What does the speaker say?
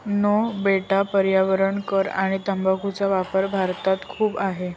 no बेटा पर्यावरण कर आणि तंबाखूचा वापर भारतात खूप आहे